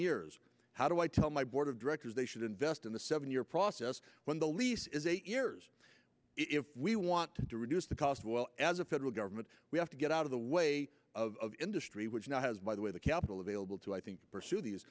years how do i tell my board of directors they should invest in the seven year process when the lease is eight years if we want to reduce the cost well as a federal government we have to get out of the way of industry which now has by the way the capital available to i think pursue these